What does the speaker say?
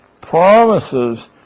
promises